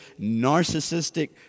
narcissistic